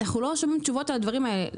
אנחנו לא שומעים תשובות על הדברים האלה.